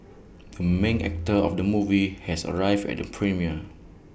the main actor of the movie has arrived at the premiere